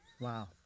Wow